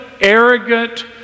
arrogant